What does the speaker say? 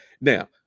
Now